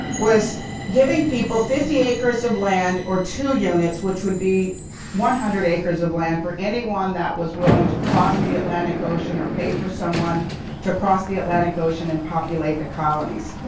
was giving people fifty acres of land, or two units which would be a hundred acres of land, for anyone that was willing to cross the atlantic ocean or pay for someone to cross the atlantic ocean and populate the colonies.